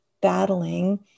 battling